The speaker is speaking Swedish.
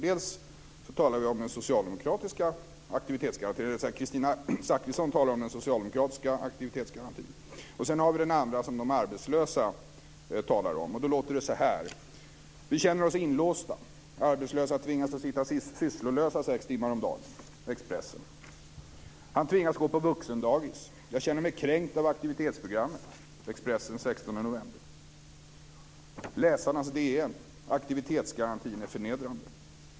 Dels talar vi om den socialdemokratiska aktivitetsgarantin - eller rättare sagt: Kristina Zakrisson talar om den. Dels har vi den andra, som de arbetslösa talar om. Då låter det så här: Vi känner oss inlåsta. Arbetslösa tvingas att sitta sysslolösa sex timmar om dagen - ur Expressen. Han tvingas gå på vuxendagis. Jag känner mig kränkt av aktivitetsprogrammet - ur Expressen den 16 november. Ur Läsarnas DN: Aktivitetsgarantin är förnedrande. Fru talman!